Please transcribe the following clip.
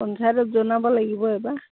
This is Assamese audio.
পঞ্চায়তত জনাব লাগিব এইবাৰ